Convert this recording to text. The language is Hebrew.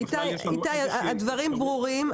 איתי, הדברים ברורים.